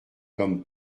comme